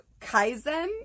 Kaizen